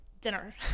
dinner